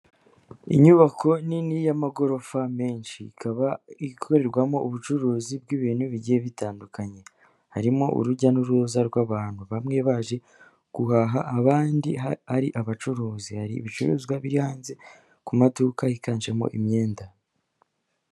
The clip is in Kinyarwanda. Inyubako nini y'amagorofa menshi, ikaba ikorerwamo ubucuruzi bw'ibintu bigiye bitandukanye, harimo urujya n'uruza rw'abantu, bamwe baje guhaha abandi ari abacuruzi, hari ibicuruzwa biri hanze ku maduka yiganjemo imyenda.